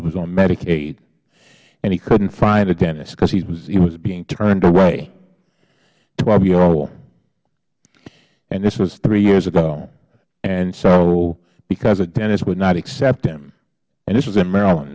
he was on medicaid and he couldn't find a dentist because he was being turned away twelve years old and this was three years ago so because a dentist would not accept him and this was in maryland